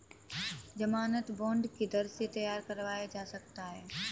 ज़मानत बॉन्ड किधर से तैयार करवाया जा सकता है?